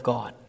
God